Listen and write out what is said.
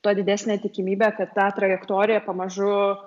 tuo didesnė tikimybė kad tą trajektoriją pamažu